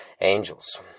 angels